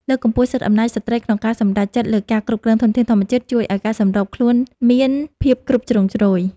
លើកកម្ពស់សិទ្ធិអំណាចស្ត្រីក្នុងការសម្រេចចិត្តលើការគ្រប់គ្រងធនធានធម្មជាតិជួយឱ្យការសម្របខ្លួនមានភាពគ្រប់ជ្រុងជ្រោយ។